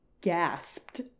gasped